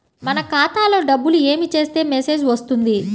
మన ఖాతాలో డబ్బులు ఏమి చేస్తే మెసేజ్ వస్తుంది?